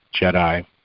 Jedi